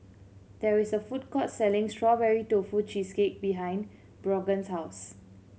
there is a food court selling Strawberry Tofu Cheesecake behind Brogan's house